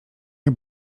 nie